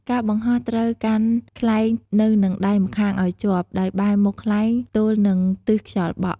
ការបង្ហោះត្រូវកាន់ខ្លែងនៅនឹងដៃម្ខាងឱ្យជាប់ ដោយបែរមុខខ្លែងទល់នឹងទិសខ្យល់បក់។